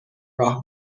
راه